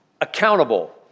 accountable